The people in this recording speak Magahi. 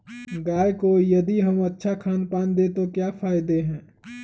गाय को यदि हम अच्छा खानपान दें तो क्या फायदे हैं?